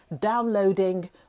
downloading